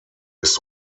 ist